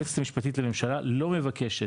היועצת המשפטית לממשלה לא מבקשת,